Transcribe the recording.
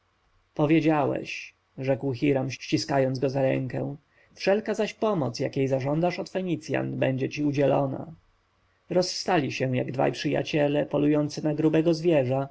sądowi powiedziałeś rzekł hiram ściskając go za rękę wszelka zaś pomoc jakiej zażądasz od fenicjan będzie ci udzielona rozstali się jak dwaj przyjaciele polujący na grubego zwierza